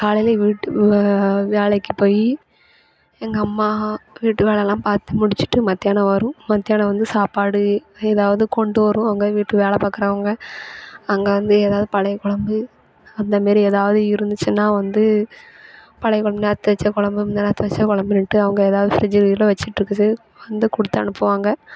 காலையில் வீட்டில் வே வேலைக்கு போய் எங்கள் அம்மா வீட்டு வேலைலா பார்த்து முடிச்சிட்டு மத்தியானம் வரும் மத்தியானம் வந்து சாப்பாடு எதாவது கொண்டு வரும் அங்கே வீட்டு வேலை பார்க்குறவுங்க அங்கே வந்து எதாவது பழைய குழம்பு அந்த மாரி எதாவது இருந்திச்சின்னா வந்து பழைய குழம்பு நேத்து வச்ச குழம்பு முந்தாநேத்து வச்ச குழம்புன்ட்டு அவங்க எதாவது ஃபிரிட்ஜில் இதில் வச்சிக்கிட்ருக்குது வந்து கொடுத்தனுப்புவாங்க